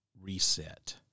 Reset